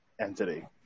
entity